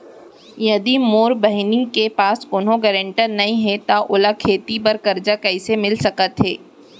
यदि मोर बहिनी के पास कोनो गरेंटेटर नई हे त ओला खेती बर कर्जा कईसे मिल सकत हे?